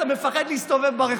אתה מפחד להסתובב ברחוב.